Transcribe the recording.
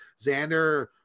Xander